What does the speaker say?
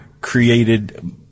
created